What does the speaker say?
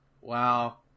Wow